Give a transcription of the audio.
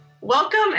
Welcome